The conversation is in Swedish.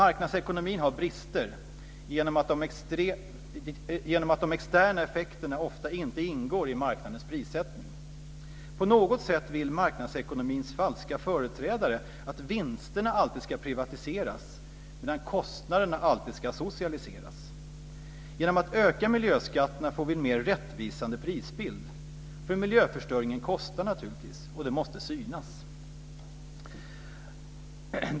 Marknadsekonomin har brister genom att de externa effekterna ofta inte ingår i marknadens prissättning. Genom att öka miljöskatterna får vi en mer rättvisande prisbild, för miljöförstöringen kostar naturligtvis, och det måste synas.